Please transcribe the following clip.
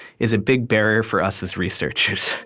is a big barrier for us as researchers